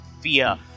fear